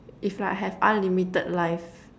if like I have unlimited life